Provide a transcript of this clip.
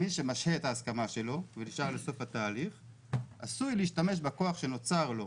מי שמשהה את ההסכמה שלו ונשאר סוף התהליך עשוי להשתמש בכוח שנוצר לו,